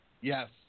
Yes